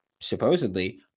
supposedly